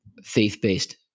faith-based